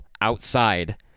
outside